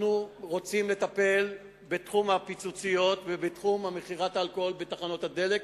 אנחנו רוצים לטפל בתחום ה"פיצוציות" ובתחום מכירת האלכוהול בתחנות הדלק,